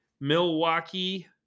Milwaukee